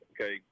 okay